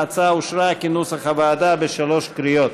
ההצעה אושרה כנוסח הוועדה בשלוש קריאות.